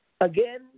Again